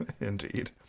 Indeed